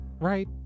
Right